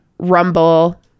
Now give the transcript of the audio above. rumble